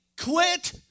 quit